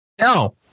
No